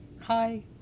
Hi